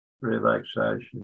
relaxation